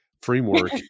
framework